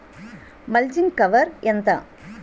Mulching cover ఎంత?